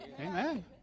Amen